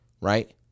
right